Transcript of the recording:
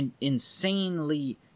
insanely